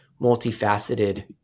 multifaceted